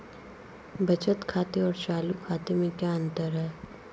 बचत खाते और चालू खाते में क्या अंतर है?